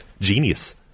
genius